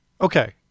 Okay